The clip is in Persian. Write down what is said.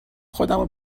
خودمو